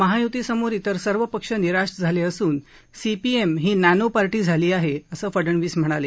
महायुतीसमोर इतर सर्व पक्ष निराश झाले असून सीपीएम ही नॅनो पार्टी झाली आहे असं फडणवीस म्हणाले